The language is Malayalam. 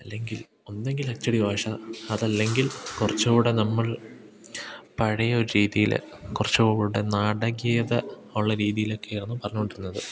അല്ലെങ്കിൽ ഒന്നെികിൽ അച്ചടിഭാഷ അതല്ലെങ്കിൽ കുറച്ചുകൂടി നമ്മൾ പഴയൊരു രീതിയിൽ കുറച്ചുംകൂടി നാടകീയത ഉള്ള രീതിയിലൊക്കെയാണ് പറഞ്ഞുകൊണ്ടിരുന്നത്